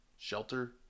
Shelter